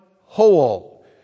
whole